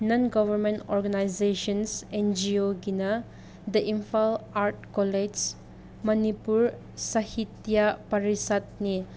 ꯅꯟ government organisations N G ꯑꯣꯒꯤꯅ the Imphal art college Manipur Sahitya ꯄꯔꯤꯁꯠꯅꯤ